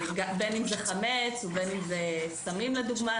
בין אם זה חמץ ובין אם זה סמים לדוגמה,